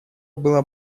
было